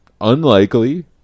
unlikely